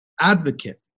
advocate